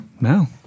No